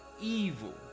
evil